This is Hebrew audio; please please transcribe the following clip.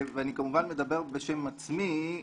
ואני כמובן מדבר בשם עצמי,